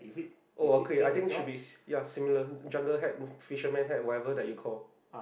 oh okay I think should be s~ ya similar jungle hat fisherman hat whatever that you call